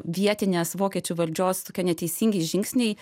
vietinės vokiečių valdžios tokie neteisingi žingsniai